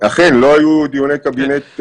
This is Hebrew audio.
אכן לא היו דיוני קבינט,